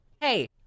hey